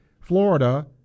Florida